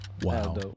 wow